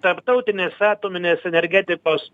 tarptautinės atominės energetikos